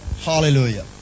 Hallelujah